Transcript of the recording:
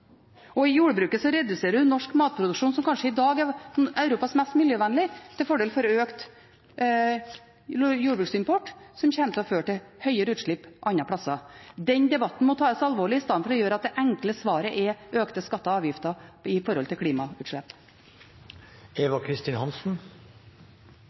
Og i jordbruket reduserer en norsk matproduksjon, som kanskje i dag er Europas mest miljøvennlige, til fordel for økt jordbruksimport, som kommer til å føre til høyere utslipp andre plasser. Den debatten må tas alvorlig, i stedet for å si at det enkle svaret er økte skatter og avgifter knyttet til klimautslipp.